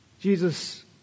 Jesus